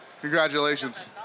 Congratulations